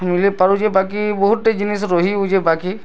ମିଳିପାରୁଛି ବାକି ବହୁତ୍ଟେ ଜିନିଷ୍ ରହିଯାଉଛି ବାକି